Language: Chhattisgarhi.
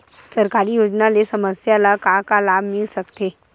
सरकारी योजना ले समस्या ल का का लाभ मिल सकते?